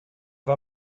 war